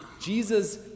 Jesus